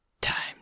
Time